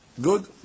Good